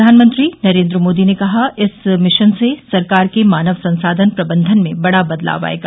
प्रधानमंत्री नरेन्द्र मोदी ने कहा इस मिशन से सरकार के मानव संसाधन प्रबन्धन में बडा बदलाव आयेगा